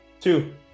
two